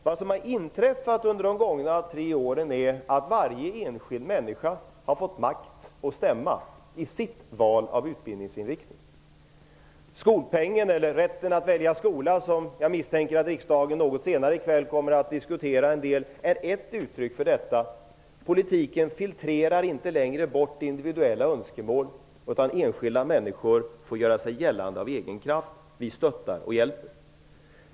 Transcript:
Vad som har inträffat under de gångna tre åren är att varje enskild människa har fått makt och stämma i sitt val av utbildningsinriktning. Skolpengen eller rätten att välja skola, som jag misstänker att riksdagen något senare i kväll kommer att diskutera, är ett uttryck för detta. Politiken filtrerar inte längre bort individuella önskemål, utan enskilda människor får göra sig gällande av egen kraft. Vi stöttar och hjälper.